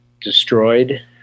destroyed